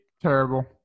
Terrible